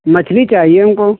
मछली चाहिए हमको